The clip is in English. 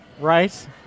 Right